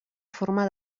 forma